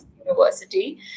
University